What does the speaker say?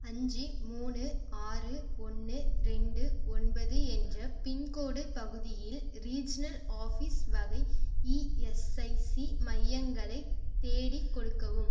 அஞ்சு மூணு ஆறு ஒன்று ரெண்டு ஒன்பது என்ற பின்கோடு பகுதியில் ரீஜினல் ஆஃபீஸ் வகை இஎஸ்ஐசி மையங்களைத் தேடிக் கொடுக்கவும்